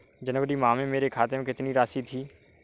जनवरी माह में मेरे खाते में कितनी राशि थी?